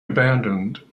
abandoned